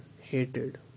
hated